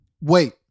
Wait